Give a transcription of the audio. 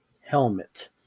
helmet